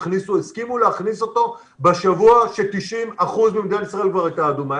הסכימו להכניס אותו בשבוע ש-90% ממדינת ישראל כבר הייתה אדומה,